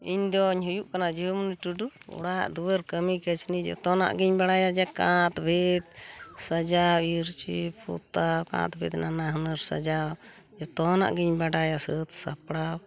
ᱤᱧᱫᱩᱧ ᱦᱩᱭᱩᱜ ᱠᱟᱱᱟ ᱡᱩᱦᱩᱢᱩᱱᱤ ᱴᱩᱰᱩ ᱚᱲᱟᱜ ᱫᱩᱣᱟᱹᱨ ᱠᱟᱹᱢᱤ ᱠᱟᱹᱥᱱᱤ ᱡᱚᱛᱚᱱᱟᱜ ᱜᱤᱧ ᱵᱟᱲᱟᱭᱟ ᱡᱮ ᱠᱟᱸᱛ ᱵᱷᱤᱛ ᱥᱟᱡᱟᱣ ᱤᱨᱪᱤ ᱯᱚᱛᱟᱣ ᱠᱟᱸᱛ ᱵᱷᱤᱛ ᱱᱟᱱᱟᱦᱩᱱᱟᱹᱨ ᱥᱟᱡᱟᱣ ᱡᱚᱛᱚᱱᱟᱜ ᱜᱮᱧ ᱵᱟᱰᱟᱭᱟ ᱥᱟᱹᱛ ᱥᱟᱯᱲᱟᱣ